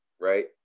right